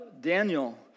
Daniel